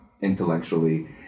intellectually